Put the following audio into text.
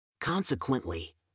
Consequently